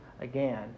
again